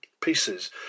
pieces